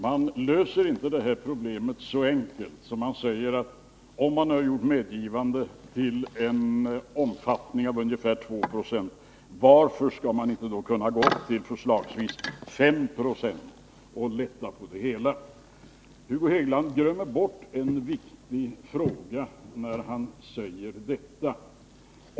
Man löser inte det här problemet så enkelt att man kan säga: Om man har gjort medgivande till en omfattning av 2 90, varför skall man då inte kunna gå upp till förslagsvis 5 96 och lätta på det hela? Hugo Hegeland glömmer bort en viktig fråga när han säger detta.